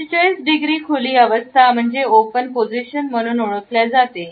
45 degree खुली अवस्था open position म्हणून ओळखले जाते